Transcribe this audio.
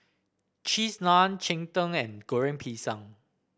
Cheese Naan Cheng Tng and Goreng Pisang